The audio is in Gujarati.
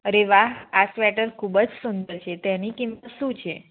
અરે વાહ આ સ્વેટર ખૂબ જ સુંદર છે તેની કિંમત શું છે